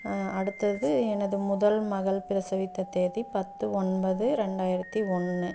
அடுத்தது எனது முதல் மகள் பிரசவித்த தேதி பத்து ஒன்பது ரெண்டாயிரத்து ஒன்று